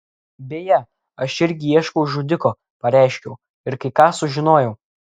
beje aš irgi ieškau žudiko pareiškiau ir kai ką sužinojau